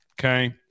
okay